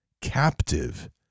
captive